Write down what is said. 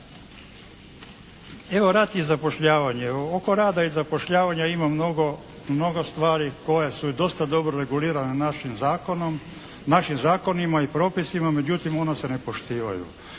Evo rad i zapošljavanje. Oko rada i zapošljavanja ima mnogo, mnogo stvari koje su i dosta dobro regulirane našim zakonom, našim zakonima i propisima međutim ona se ne poštivaju.